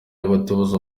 n’abatoza